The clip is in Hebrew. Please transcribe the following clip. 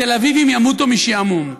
התל אביבים ימותו משעמום.